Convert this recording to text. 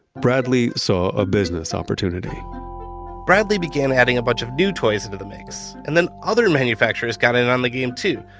bradley saw a business opportunity bradley began adding a bunch of new toys into the mix. and then other manufacturers got in on the game too,